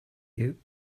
you